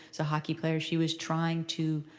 so hockey player, she was trying to